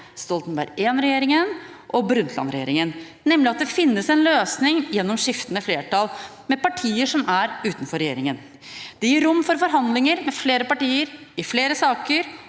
Stoltenberg I-regjeringen og Brundtland-regjeringen, nemlig at det finnes en løsning gjennom skiftende flertall med partier som er utenfor regjeringen. Det gir rom for forhandlinger med flere partier i flere saker